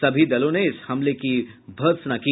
सभी दलों ने इस हमले की भर्तसना की